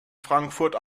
frankfurt